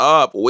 up